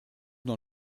dans